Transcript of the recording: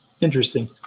Interesting